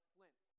Flint